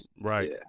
right